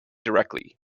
directly